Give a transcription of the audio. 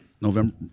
November